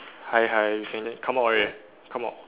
hi hi can come out already come out